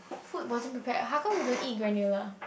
food wasn't prepared how come you don't eat granola